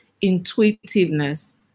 intuitiveness